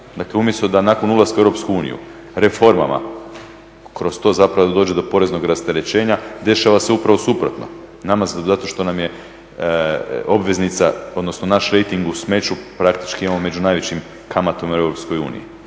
Dakle umjesto da nakon ulaska u Europsku uniju reformama kroz to zapravo da dođe do poreznog rasterećenja dešava se upravo suprotno. Nama zato što nam je obveznica, odnosno naš rejting u smeću praktički imamo među najvećim kamatama